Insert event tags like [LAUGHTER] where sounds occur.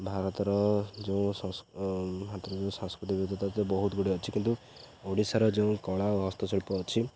ଭାରତର ଯେଉଁ ଯେଉଁ ସାଂସ୍କୃତିକ [UNINTELLIGIBLE] ବହୁତ ଗୁଡ଼ିଏ ଅଛି କିନ୍ତୁ ଓଡ଼ିଶାର ଯେଉଁ କଳା ଓ ହସ୍ତଶିଳ୍ପ ଅଛି